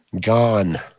Gone